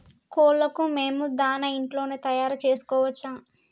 కోళ్లకు మేము దాణా ఇంట్లోనే తయారు చేసుకోవచ్చా?